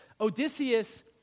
Odysseus